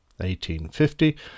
1850